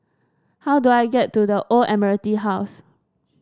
how do I get to The Old Admiralty House